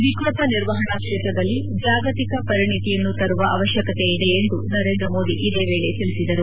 ವಿಕೋಪ ನಿರ್ವಹಣಾ ಕ್ಷೇತ್ರದಲ್ಲಿ ಜಾಗತಿಕ ಪರಿಣತಿಯನ್ನು ತರುವ ಅವಶ್ಯಕತೆಯಿದೆ ಎಂದು ನರೇಂದ್ರ ಮೋದಿ ಇದೇ ವೇಳೆ ತಿಳಿಸಿದರು